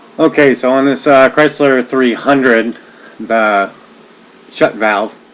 okay so on this chrysler three hundred the shut valve